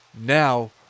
Now